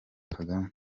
kagame